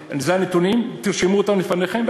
תרשמו אותם לפניכם,